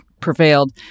prevailed